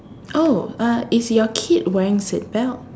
oh uh is your kid wearing seatbelt